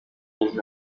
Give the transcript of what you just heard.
ngeze